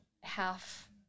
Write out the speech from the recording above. half